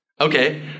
Okay